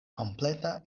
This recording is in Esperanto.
kompleta